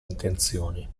intenzioni